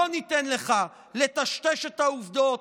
לא ניתן לך לטשטש את העובדות,